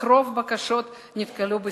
אך רוב הבקשות נתקלו בסירוב.